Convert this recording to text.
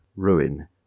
Ruin